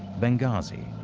benghazi,